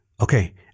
Okay